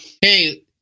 Hey